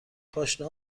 پاشنه